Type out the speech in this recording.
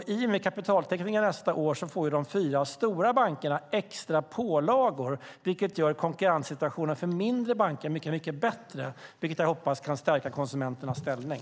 I och med kapitaltäckningen nästa år får de fyra stora bankerna extra pålagor, vilket gör konkurrenssituationen för mindre banker mycket bättre. Det hoppas jag kan stärka konsumenternas ställning.